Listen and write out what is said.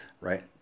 right